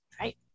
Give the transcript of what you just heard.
Right